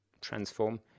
transform